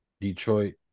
Detroit